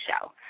show